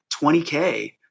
20K